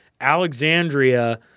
Alexandria